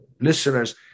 listeners